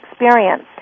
experience